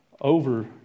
over